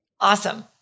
Awesome